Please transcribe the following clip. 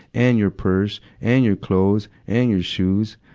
and your purse. and your clothes. and your shoes.